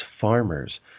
farmers